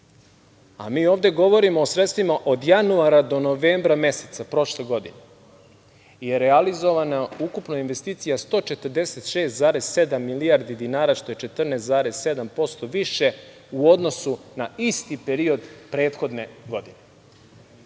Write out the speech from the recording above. a mi ovde govorimo o sredstvima od januara do novembra meseca prošle godine i realizovano ukupno investicija 146,7 milijardi dinara, što je 14,7% više u odnosu na isti period prethodne godine.